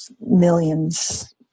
millions